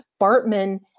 Bartman